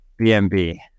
BMB